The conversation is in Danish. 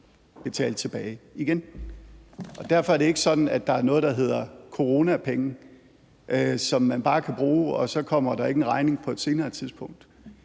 betale tilbage igen. Derfor er det ikke sådan, at der er noget, der hedder coronapenge, som man bare kan bruge, og så kommer der ikke en regning på et senere tidspunkt.